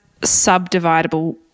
subdividable